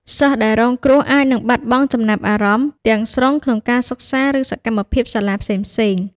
សិស្សដែលរងគ្រោះអាចនឹង បាត់បង់ចំណាប់អារម្មណ៍ ទាំងស្រុងក្នុងការសិក្សា ឬសកម្មភាពសាលាផ្សេងៗ។